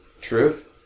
truth